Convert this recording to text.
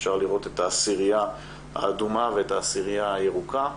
אפשר לראות את העשירייה האדומה ואת העשירייה הירוקה.